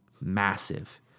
massive